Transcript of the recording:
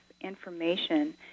information